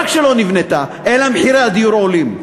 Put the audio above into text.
אלא מחירי הדיור עולים.